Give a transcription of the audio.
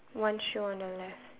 one shoe on the left